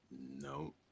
No